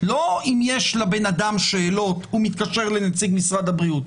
לא אם יש לבן אדם שאלות הוא מתקשר לנציג משרד הבריאות.